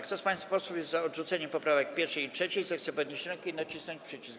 Kto z państwa posłów jest za odrzuceniem poprawek 1. i 3., zechce podnieść rękę i nacisnąć przycisk.